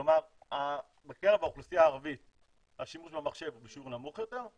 כלומר בקרב האוכלוסייה הערבית השימוש במחשב הוא בשיעור נמוך יותר,